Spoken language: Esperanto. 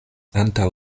antaŭ